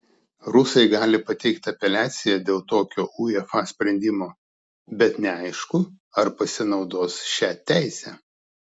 rusai gali pateikti apeliaciją dėl tokio uefa sprendimo bet neaišku ar pasinaudos šia teise